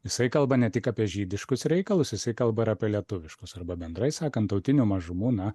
jisai kalba ne tik apie žydiškus reikalus jisai kalba ir apie lietuviškus arba bendrai sakant tautinių mažumų na